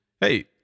Hey